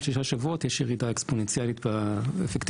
שישה שבועות יש ירידה אקספוננציאלית באפקטיביות.